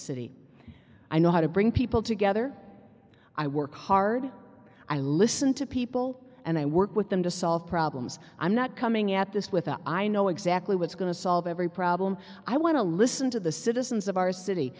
city i know how to bring people together i work hard i listen to people and i work with them to solve problems i'm not coming at this with i know exactly what's going to solve every problem i want to listen to the citizens of our city